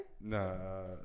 No